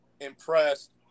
impressed